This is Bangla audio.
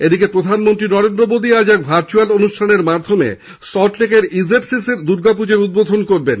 এদিকে প্রধানমন্ত্রী নরেন্দ্র মোদী আজ এক ভার্চুয়াল অনুষ্ঠানের মাধ্যমে সল্টলেকের ইজেডসিসি র দুর্গা পুজোর উদ্বোধন করবেন